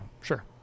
sure